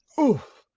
oof!